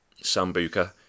Sambuca